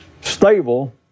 stable